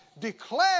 Declare